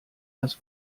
das